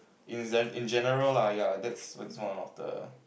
is then in general lah ya that's that's one of the